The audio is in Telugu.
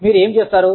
మీరు ఏమి చేస్తారు